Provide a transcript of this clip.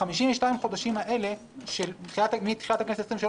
52 החודשים האלה שמתחילת הכנסת ה-23